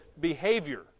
behavior